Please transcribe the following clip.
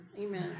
Amen